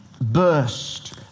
burst